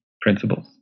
principles